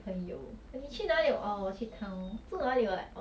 我会 leh 我很 like I don't know how to say no then 我 feel very bad